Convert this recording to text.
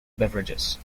beverages